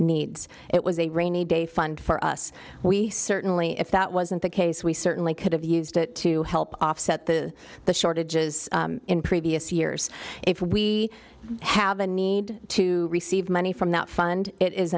needs it was a rainy day fund for us we certainly if that wasn't the case we certainly could have used it to help offset the the shortages in previous years if we have a need to receive money from that fund it is